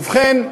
ובכן,